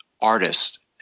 artist